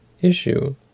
issue